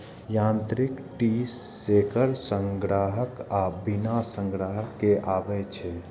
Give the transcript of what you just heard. यांत्रिक tree shaker संग्राहक आ बिना संग्राहक के आबै छै